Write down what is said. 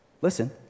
listen